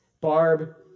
Barb